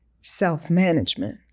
self-management